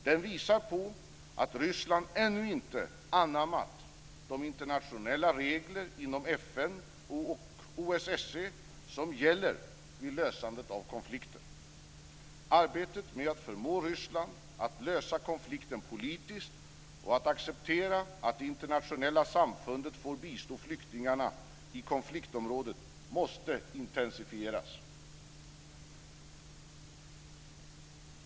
Den visar på att Ryssland ännu inte anammat de internationella regler inom FN och OS SE som gäller vid lösandet av konflikter. Arbetet med att förmå Ryssland att lösa konflikten politiskt och att acceptera att det internationella samfundet får bistå flyktingarna i konfliktområdet måste intensifieras.